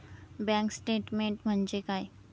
Bank statement म्हणजे काय?